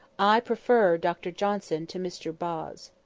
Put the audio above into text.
i prefer dr johnson to mr boz.